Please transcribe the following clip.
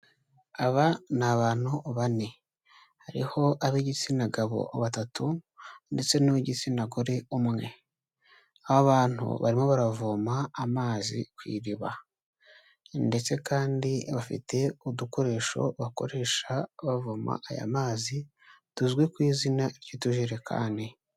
Aba ni abantu bane, hariho ab'igitsina gabo batatu ndetse n'uw'igitsina gore umwe. Aba abantu barimo baravoma amazi ku iriba ndetse kandi bafite udukoresho bakoresha bavoma aya mazi, tuzwi ku izina ry'utujerekani.